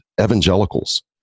evangelicals